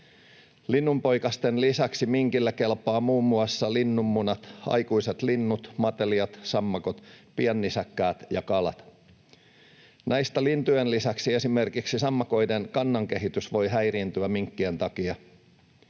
Linnunpoikasten lisäksi minkille kelpaavat muun muassa linnunmunat, aikuiset linnut, matelijat, sammakot, piennisäkkäät ja kalat. Näistä lintujen lisäksi esimerkiksi sammakoiden kannan kehitys voi häiriintyä minkkien takia.